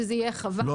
שזה יהיה חבל,